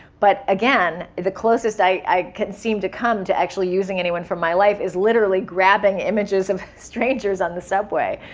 but again, the closest i could seem to come to actually using anyone from my life is literally grabbing images of strangers on the subway.